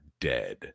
dead